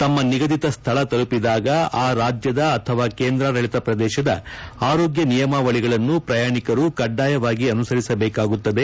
ತಮ್ಮ ನಿಗದಿತ ಸ್ಥಳ ತಲುಪಿದಾಗ ಆ ರಾಜ್ಯದ ಅಥವಾ ಕೇಂದ್ರಾಡಳಿತ ಪ್ರದೇಶದ ಆರೋಗ್ಯ ನಿಯಮಾವಳಿಗಳನ್ನು ಪ್ರಯಾಣಿಕರು ಕಡ್ಡಾಯವಾಗಿ ಅನುಸರಿಸಬೇಕಾಗುತ್ತದೆ